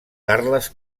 carles